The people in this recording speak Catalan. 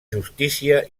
justícia